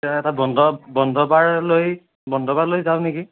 এতিয়া এটা বন্ধ বন্ধ বাৰ লৈ বন্ধ বাৰ লৈ যাওঁ নেকি